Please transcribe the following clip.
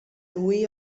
lui